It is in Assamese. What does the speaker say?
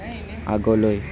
আগলৈ